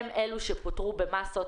הם אלו שפוטרו במסות.